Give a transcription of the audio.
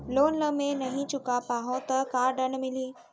Loan ला मैं नही चुका पाहव त का दण्ड मिलही?